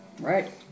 Right